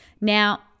Now